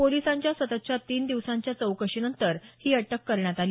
पोलिसांच्या सततच्या तीन दिवसांच्या चौकशीनंतर ही अटक करण्यात आली